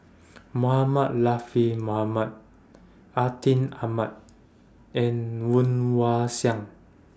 Mohamed Mohamed Atin Amat and Woon Wah Siang